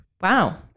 Wow